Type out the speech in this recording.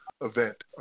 event